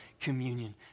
communion